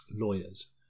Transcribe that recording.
lawyers